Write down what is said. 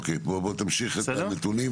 אוקיי, בוא תמשיך את הנתונים.